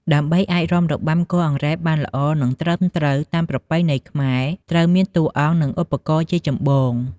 ដើម្បីអាចរាំរបាំគោះអង្រែបានល្អ និងត្រឹមត្រូវតាមប្រពៃណីខ្មែរ ត្រូវមានតួអង្គ និងឧបករណ៍ជាចម្បង។